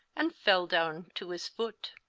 and fell down to his foote.